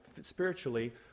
spiritually